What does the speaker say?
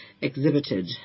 exhibited